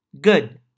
Good